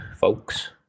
folks